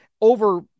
over